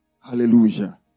Hallelujah